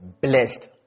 blessed